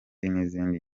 n’izindi